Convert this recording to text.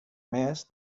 més